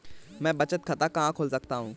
मैं बचत खाता कहाँ खोल सकता हूँ?